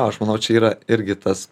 aš manau čia yra irgi tas